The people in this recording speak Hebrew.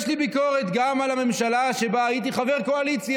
יש לי ביקורת גם על הממשלה שבה הייתי חבר קואליציה.